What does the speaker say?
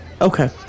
Okay